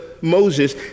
Moses